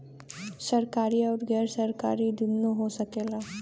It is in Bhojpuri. सरकारी आउर गैर सरकारी दुन्नो हो सकेला